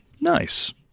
Nice